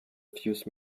fuse